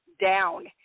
down